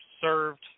served